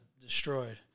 destroyed